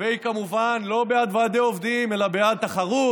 והיא כמובן לא בעד ועדי עובדים אלא בעד תחרות.